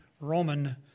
Roman